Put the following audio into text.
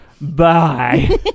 Bye